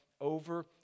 over